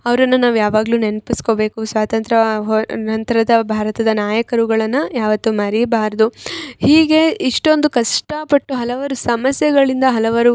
ಅವ್ರನ್ನು ನಾವು ಯಾವಾಗಲು ನೆನಪಿಸ್ಕೊಬೇಕು ಸ್ವಾತಂತ್ರ್ಯ ಹೊರ ನಂತರದ ಭಾರತದ ನಾಯಕರುಗಳನ್ನು ಯಾವತ್ತು ಮರೆಯಬಾರ್ದು ಹೀಗೆ ಇಷ್ಟೊಂದು ಕಷ್ಟ ಪಟ್ಟು ಹಲವಾರು ಸಮಸ್ಯೆಗಳಿಂದ ಹಲವರು